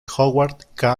howard